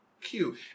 Cute